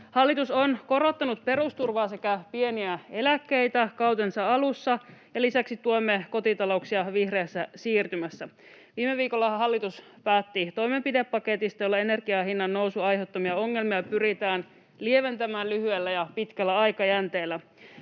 Hallitus on korottanut perusturvaa sekä pieniä eläkkeitä kautensa alussa, ja lisäksi tuemme kotitalouksia vihreässä siirtymässä. Viime viikollahan hallitus päätti toimenpidepaketista, jolla energian hinnannousun aiheuttamia ongelmia pyritään lieventämään lyhyellä ja pitkällä aikajänteellä.